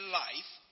life